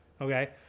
okay